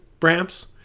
Bramps